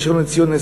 ראשון לציון,